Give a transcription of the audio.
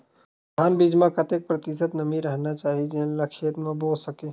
धान बीज म कतेक प्रतिशत नमी रहना चाही जेन ला खेत म बो सके?